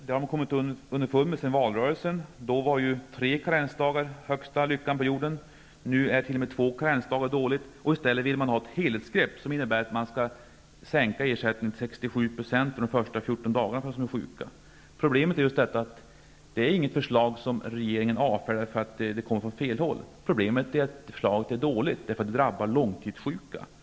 Det har man kommit underfund om efter valrörelsen -- då var ju tre karensdagar den högsta lyckan på jorden. Nu är t.o.m. två karensdagar dåligt. I stället vill man ha ett helhetsgrepp som innebär att ersättningen skall sänkas till 67 % under de första Det här inte är ett förslag som regeringen avfärdar därför att det kommer från fel håll. Problemet är att förslaget är dåligt, eftersom långtidssjuka drabbas.